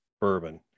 bourbon